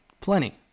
Plenty